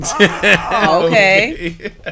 Okay